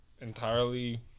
entirely